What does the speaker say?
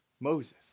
Moses